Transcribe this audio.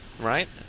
Right